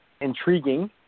intriguing